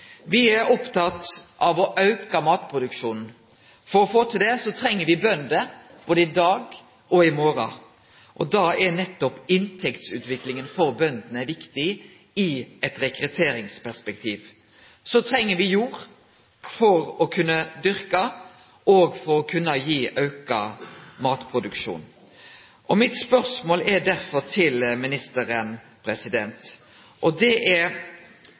er opptekne av å auke matproduksjonen. For å få til det treng me bønder – både i dag og i morgon. Da er inntektsutviklinga for bøndene viktig i eit rekrutteringsperspektiv. Så treng me jord for å kunne dyrke og for å kunne gi auka matproduksjon. Mitt spørsmål til ministeren er derfor: Kvifor ønskjer ikkje regjeringa å redusere det